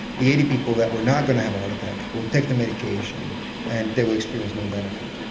the eighty people that were not going to have a heart attack will take the medication and they will experience no benefit.